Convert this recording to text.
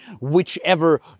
whichever